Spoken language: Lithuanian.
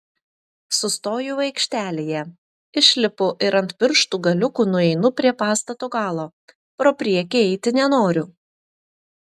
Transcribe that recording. sustoju aikštelėje išlipu ir ant pirštų galiukų nueinu prie pastato galo pro priekį eiti nenoriu